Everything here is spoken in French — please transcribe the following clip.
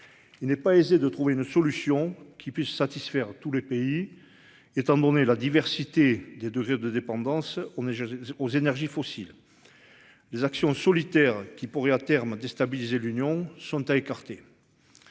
Il n'est pas aisé de trouver une solution qui puisse satisfaire tout le pays. Étant donné la diversité des degrés de dépendance, on est aux énergies fossiles. Les actions solitaires qui pourrait à terme déstabiliser l'Union sont à écarter.--